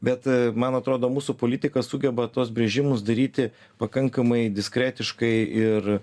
bet man atrodo mūsų politika sugeba tuos brėžimus daryti pakankamai diskretiškai ir